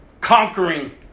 Conquering